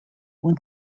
when